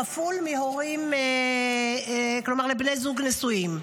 כפול מבני זוג נשואים.